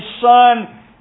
Son